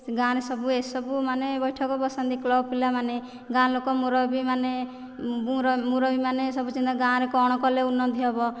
ଗାଁରେ ସବୁ ଏସବୁ ମାନେ ବୈଠକ ବସାନ୍ତି କ୍ଲବ ପିଲାମାନେ ଗାଁ ଲୋକ ମୁରବି ମାନେ ମୂରବି ମାନେ ସବୁ ସିନା ଗାଁରେ କ'ଣ କଲେ ଉନ୍ନତି ହେବ